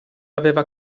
aveva